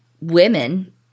women